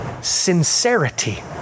sincerity